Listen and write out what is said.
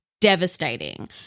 devastating